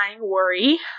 worry